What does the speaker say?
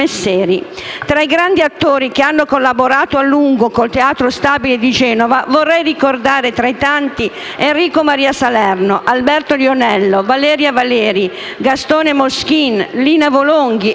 Tra i grandi attori che hanno collaborato a lungo con il Teatro Stabile di Genova, vorrei ricordare, tra i tanti, Enrico Maria Salerno, Alberto Lionello, Valeria Valeri, Gastone Moschin, Lina Volonghi,